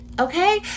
Okay